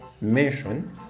mention